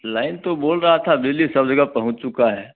line तो बोल रहा था बिजली सब जगह पहुँच चुका है